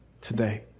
today